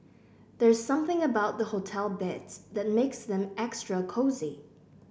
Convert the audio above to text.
there's something about the hotel beds that makes them extra cosy